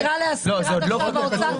זה עוד לא כתוב.